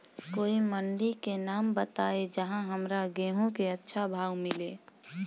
कोई मंडी के नाम बताई जहां हमरा गेहूं के अच्छा भाव मिले?